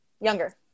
Younger